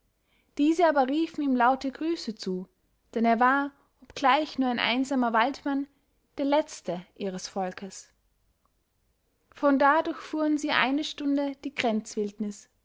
diese aber riefen ihm laute grüße zu denn er war obgleich nur ein einsamer waldmann der letzte ihres volkes von da durchfuhren sie eine stunde die